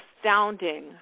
astounding